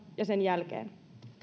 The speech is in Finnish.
ja sen jälkeen